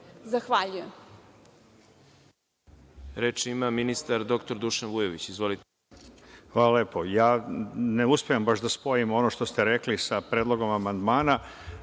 Zahvaljujem.